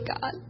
God